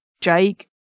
Jake